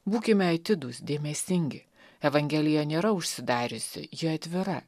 būkime atidūs dėmesingi evangelija nėra užsidariusi ji atvira